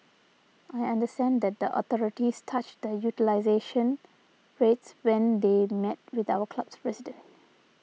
I understand that the authorities touched on utilisation rates when they met with our club's president